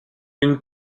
une